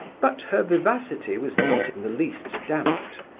but her vivacity was not in the least damped.